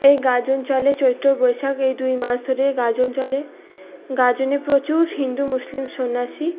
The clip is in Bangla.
এই গাজন চলে চৈত্র বৈশাখ এই দুই মাস ধরে গাজন চলে গাজনে প্রচুর হিন্দু মুসলিম সন্ন্যাসী